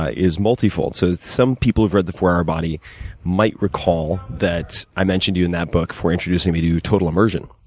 ah is multifold. so, some people who have read the four hour body might recall that i mentioned you in that book, for introducing me to total immersion,